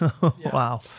wow